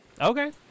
Okay